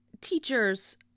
teachers